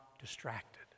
distracted